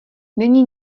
není